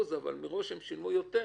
אבל מראש הם שילמו יותר,